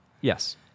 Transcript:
Yes